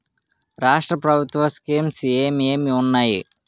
రాష్ట్రం ప్రభుత్వ స్కీమ్స్ ఎం ఎం ఉన్నాయి?